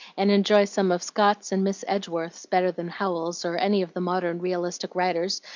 and enjoy some of scott's and miss edgeworth's better than howells's, or any of the modern realistic writers,